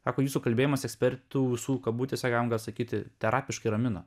sako jūsų kalbėjimas ekspertų visų kabutėse galima gal sakyti terapiškai ramina